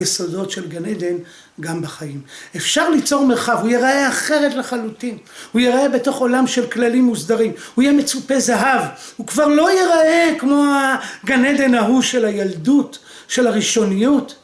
יסודות של גן עדן גם בחיים. אפשר ליצור מרחב הוא יראה אחרת לחלוטין הוא יראה בתוך עולם של כללים מוסדרים הוא יהיה מצופה זהב הוא כבר לא יראה כמו הגן עדן ההוא של הילדות של הראשוניות